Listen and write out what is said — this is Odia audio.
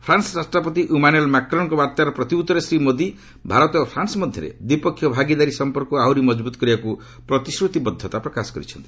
ଫ୍ରାନ୍ସ ରାଷ୍ଟ୍ରପତି ଇମାନୁଏଲ୍ ମାକ୍ରନ୍ଙ୍କ ବାର୍ତ୍ତାର ପ୍ରତି ଉତ୍ତରରେ ଶ୍ରୀ ମୋଦି ଭାରତ ଓ ଫ୍ରାନ୍ସ ମଧ୍ୟରେ ଦ୍ୱିପକ୍ଷିୟ ଭାଗିଦାରୀ ସମ୍ପର୍କକୁ ଆହୁରି ମଜବୁତ କରିବାକୁ ପ୍ରତିଶ୍ରତିବଦ୍ଧତା ପ୍ରକାଶ କରିଛନ୍ତି